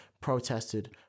protested